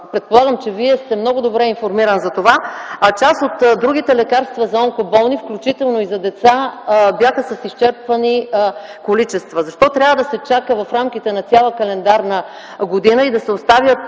предполагам, че Вие сте много добре информиран за това. Част от другите лекарства за онкоболни, включително и за деца бяха с изчерпани количества. Защо трябва да се чака в рамките на цяла календарна година и да се оставят